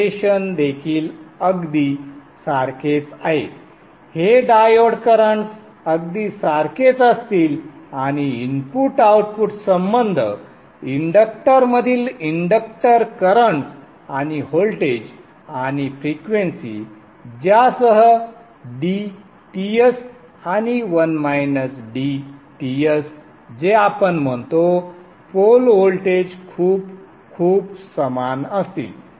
operation देखील अगदी सारखेच आहे हे डायोड करंट्स अगदी सारखेच असतील आणि इनपुट आउटपुट संबंध इंडक्टर मधील इंडक्टर करंट्स आणि व्होल्टेज आणि फ्रिक्वेंसी ज्यासह dTs आणि 1 - dTs जे आपण म्हणतो पोल व्होल्टेज खूप खूप समान असतील